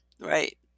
Right